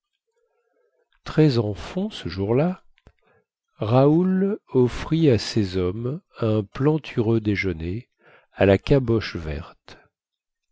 très en fonds ce jour-là raoul offrit à ses hommes un plantureux déjeuner à la caboche verte